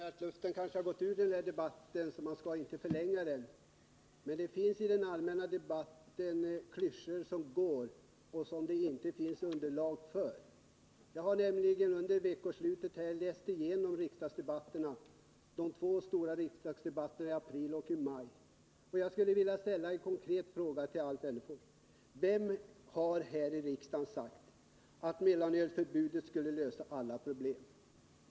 Herr talman! Luften har gått ur denna diskussion, så man skall kanske inte förlänga den. Men det finns i den allmänna debatten klyschor som går och som det inte finns underlag för. Jag har nämligen under veckoslutet läst igenom de två stora riksdagsdebatterna i april och i maj. Jag skulle vilja ställa en konkret fråga till Alf Wennerfors: Vem har här i riksdagen sagt att mellanölsförbudet skulle lösa alla problem?